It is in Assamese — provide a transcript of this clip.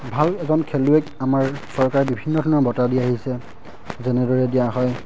ভাল এজন খেলুৱৈক আমাৰ চৰকাৰে বিভিন্ন ধৰণৰ বঁটা দি আহিছে যেনেদৰে দিয়া হয়